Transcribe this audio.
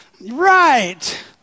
Right